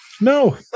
no